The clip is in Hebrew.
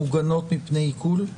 מוגנות היום מפני עיקול.